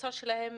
שהמוצר שלהם